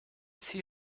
see